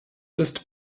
ist